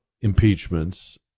impeachments